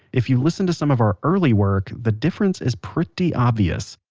if you listen to some of our early work, the difference is pretty obvious.